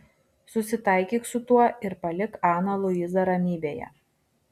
susitaikyk su tuo ir palik aną luizą ramybėje